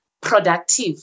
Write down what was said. productive